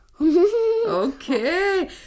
Okay